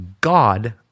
God